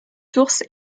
source